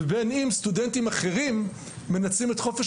ובין אם סטודנטים אחרים מנצלים את חופש